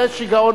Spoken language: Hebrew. זה שיגעון,